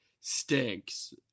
stinks